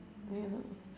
ya